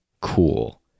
cool